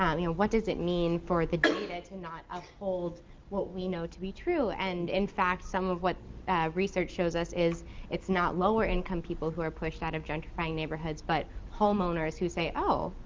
you know what does it mean for the data to not uphold what we know to be true? and, in fact, some of what research shows us is it's not lower income people who are pushed out of gentrifying neighborhoods, but homeowners who say, oh,